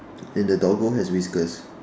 and the doggo has whiskers